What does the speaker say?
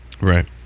right